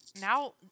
now